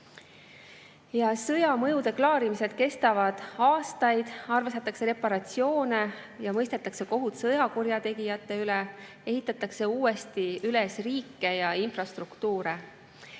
Sõjamõjude klaarimised kestavad aastaid, armastatakse reparatsioone ja mõistetakse kohut sõjakurjategijate üle, ehitatakse uuesti üles riike ja infrastruktuure.